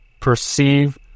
perceive